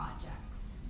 projects